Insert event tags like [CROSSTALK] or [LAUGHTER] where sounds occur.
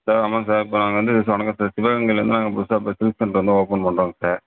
sir ஆமாங்க sir இப்போ நாங்கள் வந்து சார் வணக்கம் சார் சிவகங்கையில் வந்து நாங்கள் புதுசாக [UNINTELLIGIBLE] சென்டர் வந்து ஓப்பன் பண்ணுறோங்க சார்